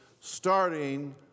starting